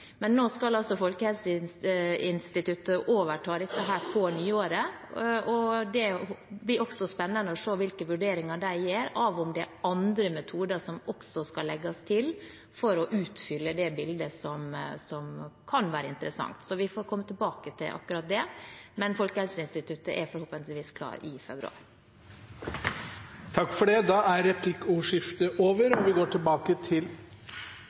Men nå skal Folkehelseinstituttet overta dette på nyåret, og det blir spennende å se hvilke vurderinger de gjør seg av om det er andre metoder som skal legges til for å utfylle det bildet, som kan være interessant. Så vi får komme tilbake til akkurat det. Men Folkehelseinstituttet er forhåpentligvis klar i februar. Jeg synes statsrådens svar når det gjelder ansvaret for fagligheten i det som har pågått til nå, er